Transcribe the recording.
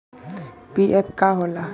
PF का होला?